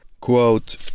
Quote